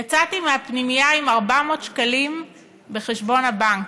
יצאתי מהפנימייה עם 400 שקלים בחשבון הבנק.